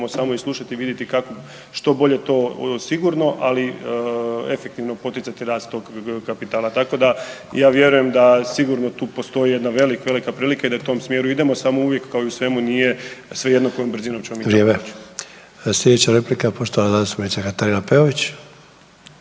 samo i slušati i vidjeti kako što bolje to sigurno, ali efektivno poticati rast tog kapitala. Tako da ja vjerujem da sigurno tu postoji jedna velika, velika prilika i da u tom smjeru idemo samo uvijek kao i u svemu nije svejedno kojom brzinom ćemo mi to proć.